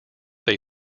they